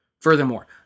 Furthermore